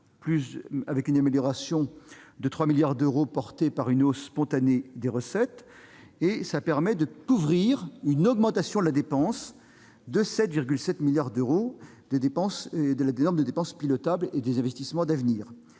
avec une amélioration de 3 milliards d'euros permise par une hausse spontanée des recettes qui permet de « couvrir » une augmentation de 7,7 milliards d'euros de la norme de dépenses pilotables et des investissements d'avenir